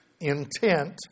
intent